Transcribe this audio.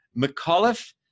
McAuliffe